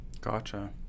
Gotcha